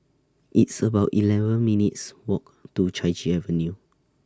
It's about eleven minutes' Walk to Chai Chee Avenue